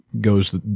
goes